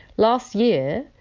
last year,